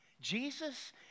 Jesus